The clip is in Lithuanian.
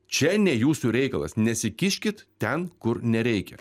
čia ne jūsų reikalas nesikiškit ten kur nereikia